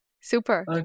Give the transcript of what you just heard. Super